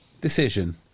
decision